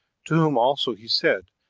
to whom also he said,